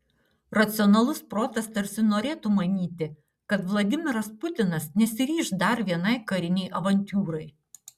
racionalus protas tarsi norėtų manyti kad vladimiras putinas nesiryš dar vienai karinei avantiūrai